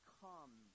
come